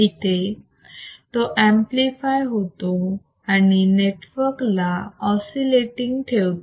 इथे तो एंपलीफाय होतो आणि नेटवर्क ला ऑसिलेटींग ठेवतो